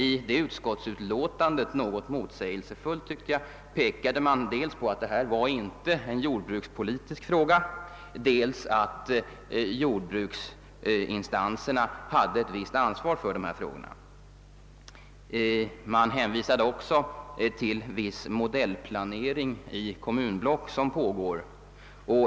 I det utskottsutlåtande, som behandlade denna motion, pekade man — något motsägelsefullt tycker jag — dels på att detta inte var en jordbrukspolitisk fråga, dels på att jordbruksinstanserna hade ett visst ansvar för dessa frågor. I utskottsutlåtandet hänvisades också till den modellplanering i ett kommunblock som pågår.